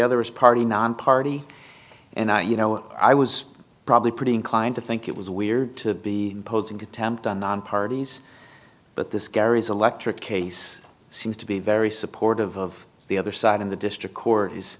other is party nonparty and i you know i was probably pretty inclined to think it was weird to be posting contempt on non parties but this carries electric case seems to be very supportive of the other side in the district court